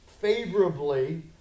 favorably